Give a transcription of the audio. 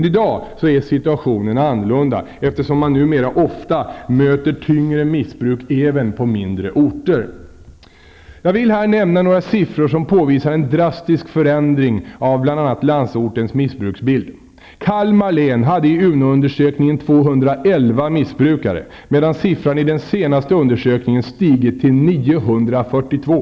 I dag är situationen annorlunda, eftersom man numera ofta möter tyngre missbruk även på mindre orter. Jag vill här nämna några siffror som påvisar en drastisk förändring av bl.a. landsortens missbruksbild. missbrukare, medan siffran i den senaste undersökningen stigit till 942.